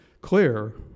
clear